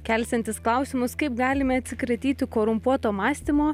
kelsiantis klausimus kaip galime atsikratyti korumpuoto mąstymo